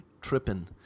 tripping